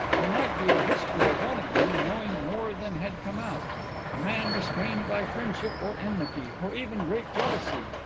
there might be a whisper of one of them knowing more than had come out a man restrained by friendship, or enmity, or even grade jealousy.